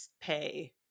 pay